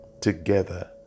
together